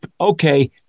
Okay